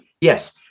Yes